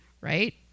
right